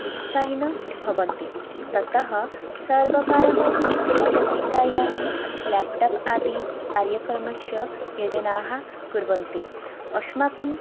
उत्साहिनः भवन्ति ततः सर्वकारः द्विचक्रिकायानं लेप्टाप् आदि कार्यक्रमस्य योजनाः कुर्वन्ति अस्माकं